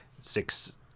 six